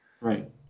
Right